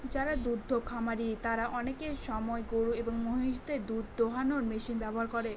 যারা দুদ্ধ খামারি তারা আনেক সময় গরু এবং মহিষদের দুধ দোহানোর মেশিন ব্যবহার করে